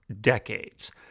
decades